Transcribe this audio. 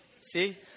See